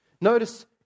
Notice